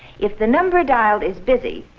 if the number dialed is busy,